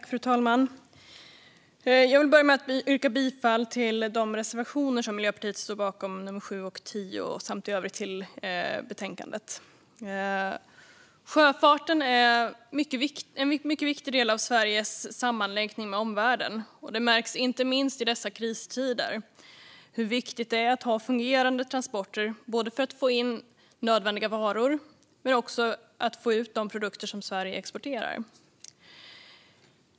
Fru talman! Jag vill börja med att yrka bifall till de reservationer som Miljöpartiet står bakom, det vill säga nr 7 och 10. I övrigt står jag bakom förslaget i betänkandet. Sjöfarten är en mycket viktig del av Sveriges sammanlänkning med omvärlden. Det märks inte minst i dessa kristider hur viktigt det är att ha fungerande transporter både för att få in nödvändiga varor och för att få ut de produkter som Sverige exporterar.